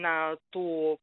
na tų